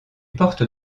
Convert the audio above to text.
porte